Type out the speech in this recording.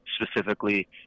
specifically